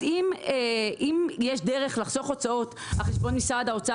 אז אם יש דרך לחסוך הוצאות על חשבון משרד האוצר